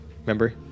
remember